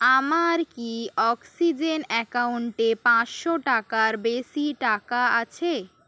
আমার কি অক্সিজেন অ্যাকাউন্টে পাঁচশো টাকার বেশি টাকা আছে